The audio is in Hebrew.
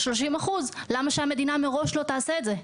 30%. למה שהמדינה מראש לא תעשה את זה?